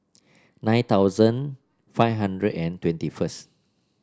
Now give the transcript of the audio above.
nine thousand five hundred and twenty first